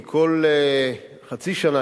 כי כל חצי שנה,